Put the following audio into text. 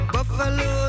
Buffalo